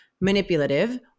manipulative